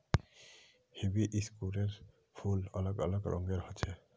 हिबिस्कुसेर फूल अलग अलग रंगेर ह छेक